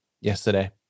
yesterday